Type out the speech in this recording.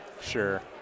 Sure